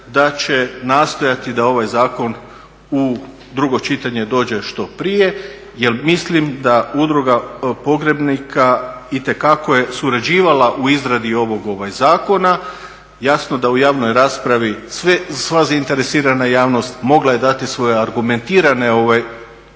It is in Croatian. da će nastojati da ovaj zakon u drugo čitanje dođe što prije jel mislim da Udruga pogrebnika itekako je surađivala u izradi ovog zakona. Jasno da u javnoj raspravi sva zainteresirana javnost mogla je dati svoje argumentirane činjenice